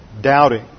doubting